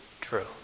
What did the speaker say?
true